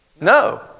No